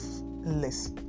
less